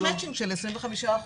יש מצ'ינג של 25 אחוזים.